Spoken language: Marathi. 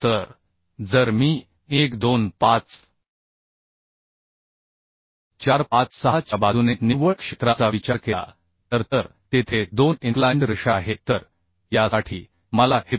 तर जर मी 1 2 5 4 5 6 च्या बाजूने निव्वळ क्षेत्राचा विचार केला तर तर तेथे 2 इन्क्लाइन्ड रेषा आहे तर यासाठी मला हे PS